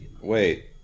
Wait